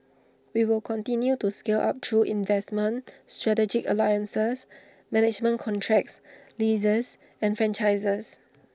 we will continue to scale up through investments strategic alliances management contracts leases and franchises